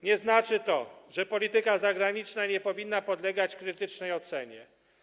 Nie znaczy to, że polityka zagraniczna nie powinna podlegać krytycznej ocenie.